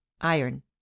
iron